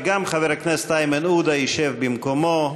גם חבר הכנסת איימן עודה ישב במקומו.